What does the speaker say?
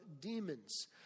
demons